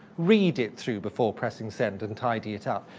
read it through before pressing send, and tidy it up.